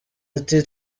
ati